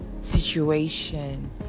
situation